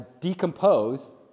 decompose